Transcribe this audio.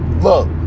look